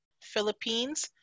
Philippines